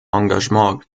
engagement